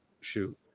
shoot